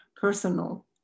personal